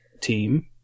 team